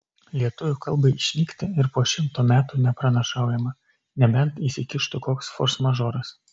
lietuvių kalbai išnykti ir po šimto metų nepranašaujama nebent įsikištų koks forsmažoras